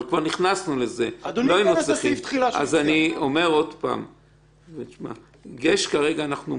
היה על זה דוח אדיר של האקדמיה